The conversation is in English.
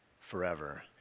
forever